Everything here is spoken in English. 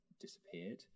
disappeared